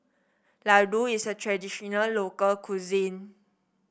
ladoo is a traditional local cuisine